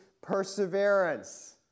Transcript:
perseverance